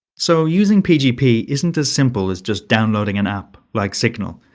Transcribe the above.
so using pgp isn't as simple as just downloading an app, like signal,